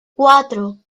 cuatro